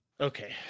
Okay